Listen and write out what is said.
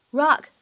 rock